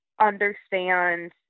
understand